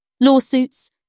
Lawsuits